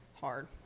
hard